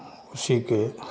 उसी के